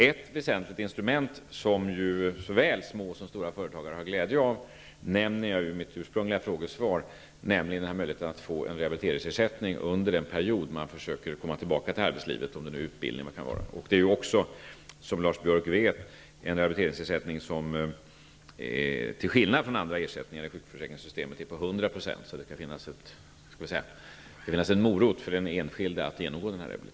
Ett väsentligt instrument som såväl små som stora företag har glädje av - nämner jag i mitt svar. Det är möjligheten att få rehabiliteringsersättning under den period då man försöker komma tillbaka till arbetslivet. Det kan t.ex. vara en utbildningsperiod. Rehabiliteringsersättningen är, som Lars : Biörck vet, 100 2, till skillnad från andra ersättningar i sjukförsäkringssystemet. Det skall finnas en morot för den enskilde att genomgå rehabilitering.